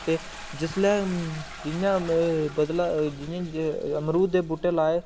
ते जिसलै जि'यां बदला जि'यां अमरूद दे बूह्टे लाए